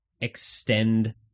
extend